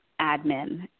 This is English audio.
admin